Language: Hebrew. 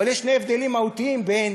אבל יש שני הבדלים מהותיים בין